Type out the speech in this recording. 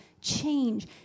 change